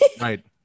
Right